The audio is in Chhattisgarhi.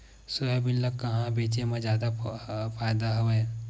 सोयाबीन ल कहां बेचे म जादा फ़ायदा हवय?